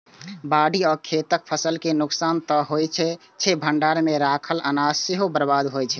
बाढ़ि सं खेतक फसल के नुकसान तं होइते छै, भंडार मे राखल अनाज सेहो बर्बाद होइ छै